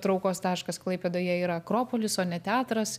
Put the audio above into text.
traukos taškas klaipėdoje yra akropolis o ne teatras